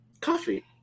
Coffee